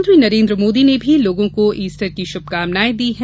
प्रधानमंत्री नरेन्द्र मोदी ने भी लोगों को ईस्टर की शुभकामनाएं दी हैं